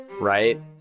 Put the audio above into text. right